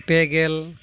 ᱯᱮᱜᱮᱞ